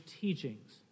teachings